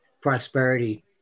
prosperity